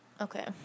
okay